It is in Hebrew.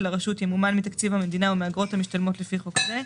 הרשות ימומן מתקציב המדינה ומאגרות המשתלמות לפי חוק זה.